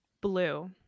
blue